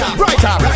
brighter